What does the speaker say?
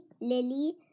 Lily